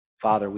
Father